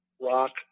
rock